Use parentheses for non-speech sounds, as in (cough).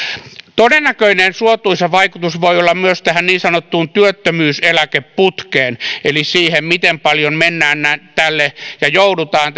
todennäköinen suotuisa vaikutus voi olla myös tähän niin sanottuun työttömyyseläkeputkeen eli siihen miten paljon mennään tälle ja joudutaan (unintelligible)